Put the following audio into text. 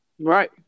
Right